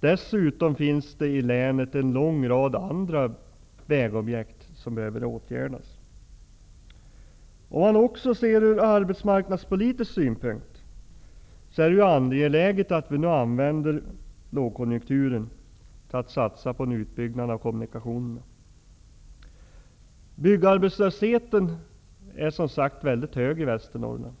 Dessutom finns det många andra vägobjekt i länet som behöver åtgärdas. Ur arbetsmarknadspolitisk synpunkt är det angeläget att vi använder lågkonjunkturen till att satsa på en utbyggnad av kommunikationerna. Byggarbetslösheten är mycket hög i Västernorrland.